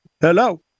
Hello